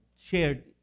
shared